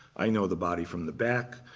i know the body from the back.